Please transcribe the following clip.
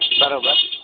बराबरि